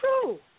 true